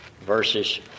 verses